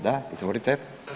Da, izvolite.